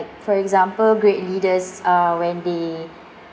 for example great leaders uh when they